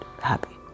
happy